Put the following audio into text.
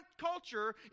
culture